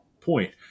point